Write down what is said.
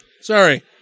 Sorry